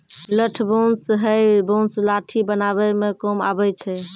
लठ बांस हैय बांस लाठी बनावै म काम आबै छै